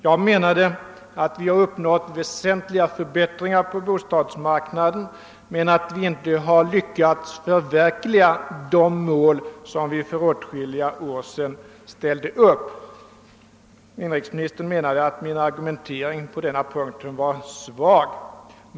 Jag menar att vi uppnått vänsentliga förbättringar på bostadsmarknaden men att vi inte lyckats förverkliga de mål som vi för åtskilliga år sedan ställde upp. Inrikesministern ansåg att min argumentering på denna punkt är svag.